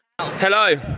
Hello